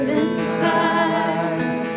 inside